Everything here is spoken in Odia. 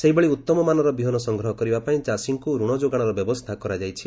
ସେହିଭଳି ଉତ୍ତମମାନର ବିହନ ସଂଗ୍ରହ କରିବାପାଇଁ ଚାଷୀଙ୍କୁ ରଣ ଯୋଗାଣର ବ୍ୟବସ୍ଥା କରାଯାଇଛି